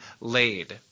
laid